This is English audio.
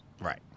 Right